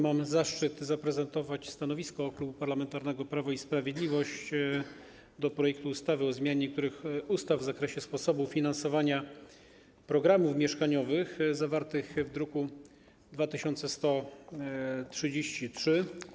Mam zaszczyt zaprezentować stanowisko Klubu Parlamentarnego Prawo i Sprawiedliwość wobec projektu ustawy o zmianie niektórych ustaw w zakresie sposobu finansowania programów mieszkaniowych, zawartego w druku nr 2133.